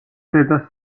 ზედა